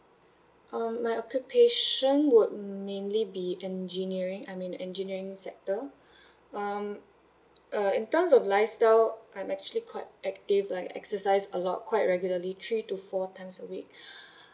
um my occupation would mainly be engineering I'm in engineering sector um err in terms of lifestyle I'm actually quite active like exercise a lot quite regularly three to four times a week